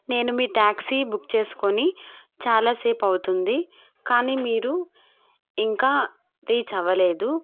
నేను మీ taxi book చేసుకుని చాలాసేపు అవుతుంది కానీ మీరు ఇంకా రీచ్ అవ్వలేదు